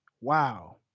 wow